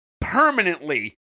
permanently